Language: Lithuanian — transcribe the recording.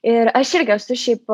ir aš irgi esu šiaip